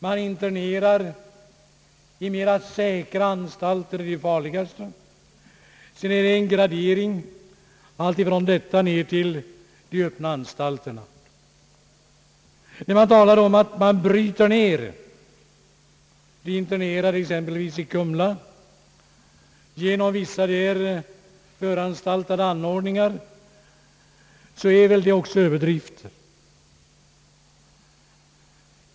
Man internerar de farligaste 1 mera säkra anstalter. Sedan tillämpar man en gradering ända fram till öppna anstalter. Talet om att de internerade exempelvis i Kumla bryts ned genom vissa där vidtagna anordningar är en betydande överdrift.